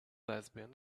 lesbian